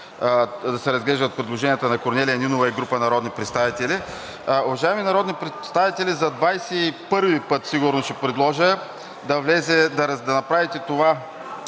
да се разглеждат предложенията на Корнелия Нинова и група народни представители. Уважаеми народни представители, за 21-ви път сигурно ще предложа да допуснете